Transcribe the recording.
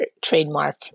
trademark